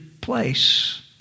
place